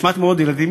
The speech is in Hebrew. יש מעט מאוד ילדים,